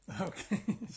Okay